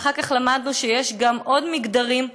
ואחר כך למדנו שיש עוד מגדרים,